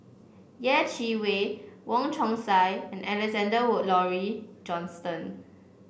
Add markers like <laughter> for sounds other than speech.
Yeh Chi Wei Wong Chong Sai and Alexander <unintelligible> Laurie Johnston